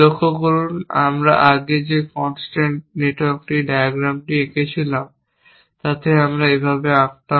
লক্ষ্য করুন আমরা আগে যে কনস্ট্রেট নেটওয়ার্ক ডায়াগ্রামটি আঁকেছিলাম তাতে আমরা এভাবে আঁকতাম